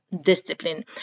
discipline